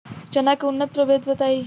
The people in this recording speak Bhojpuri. चना के उन्नत प्रभेद बताई?